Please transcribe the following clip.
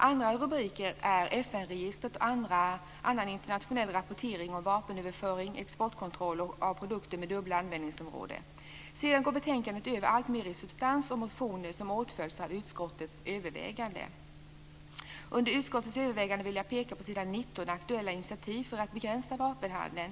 Andra punkter är FN-registret, annan internationell rapportering om vapenöverföring och exportkontroll av produkter med dubbla användningsområden. Sedan går betänkandet alltmer över i substans och motioner som åtföljs av utskottets överväganden. Under punkten Utskottets överväganden vill jag peka på s. 19, under rubriken Aktuella initiativ för att begränsa vapenhandeln.